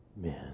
men